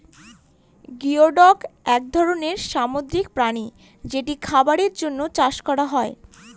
geoduck এক ধরনের সামুদ্রিক প্রাণী যেটা খাবারের জন্য চাষ করা হয়